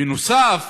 בנוסף,